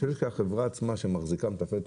החברה עצמה שמחזיקה ומטפלת